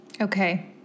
Okay